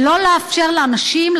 ולא לאפשר לאנשים,